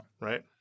Right